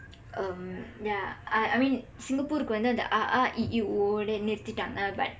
um yah uh I mean singapurukku tamil>வந்து அந்த அ ஆ இ ஈ உ ஊ வோட நிறுத்திட்டாங்க:vandthu andtha a aa i ii u uu vooda niruththitdaangka but